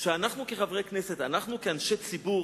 שאנחנו כחברי הכנסת, אנחנו כאנשי ציבור,